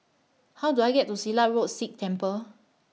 How Do I get to Silat Road Sikh Temple